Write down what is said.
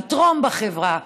לתרום לחברה,